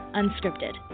unscripted